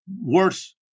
worse